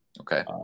Okay